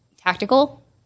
tactical